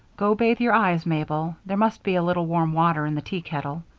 go bathe your eyes, mabel there must be a little warm water in the tea kettle.